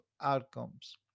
outcomes